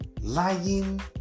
lying